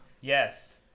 Yes